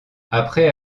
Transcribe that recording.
après